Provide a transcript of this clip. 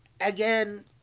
again